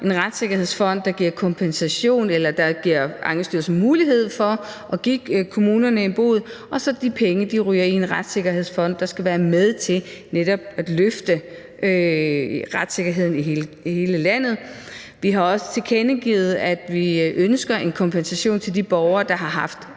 en retssikkerhedsfond, der giver kompensation, eller som giver Ankestyrelsen mulighed for at give kommunerne en bod, og de penge så ryger i en retssikkerhedsfond, der skal være med til netop at løfte retssikkerheden i hele landet. Vi har også tilkendegivet, at vi ønsker en kompensation til de borgere, der måtte have